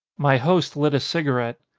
my host lit a cigarette.